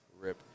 Rip